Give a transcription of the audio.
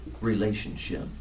relationship